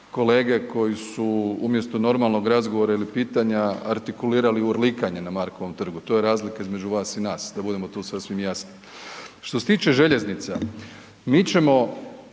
kolege koji su umjesto normalnog razgovora ili pitanja artikulirali urlikanje na Markovom trgu, to je razlika između vas i nas, da budemo tu sasvim jasni. Što se tiče željeznica, mi ćemo